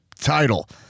title